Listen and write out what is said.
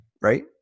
right